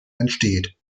entsteht